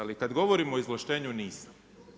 Ali kada govorimo o izvlaštenju nisam.